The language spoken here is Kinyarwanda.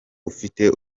ufite